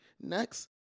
Next